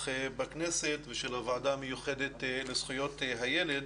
בכנסת ושל הוועדה המיוחדת לזכויות הילד